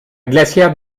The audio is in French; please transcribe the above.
glacière